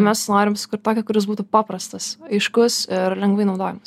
mes norim sukurt tokį kuris būtų paprastas aiškus ir lengvai naudojamas